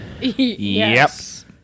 Yes